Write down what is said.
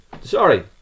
Sorry